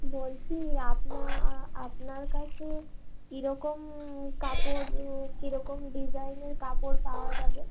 বলছি আপনা আপনার কাছে কীরকম কাপড় কীরকম ডিজাইনের কাপড় পাওয়া যাবে